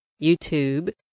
YouTube